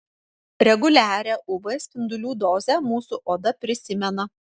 reguliarią uv spindulių dozę mūsų oda prisimena